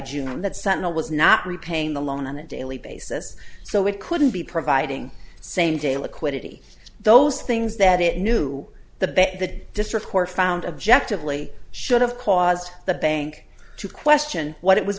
june that sentinel was not repaying the loan on a daily basis so it couldn't be providing same day liquidity those things that it knew the bet that district court found objectively should have caused the bank to question what it was